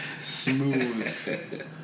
smooth